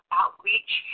outreach